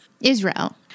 Israel